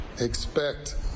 expect